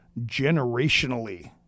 generationally